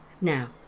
Now